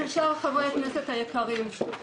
לשאר חברי הכנסת היקרים,